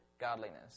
godliness